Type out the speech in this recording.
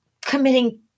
committing